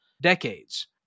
decades